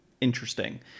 interesting